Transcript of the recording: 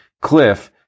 Cliff